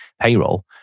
payroll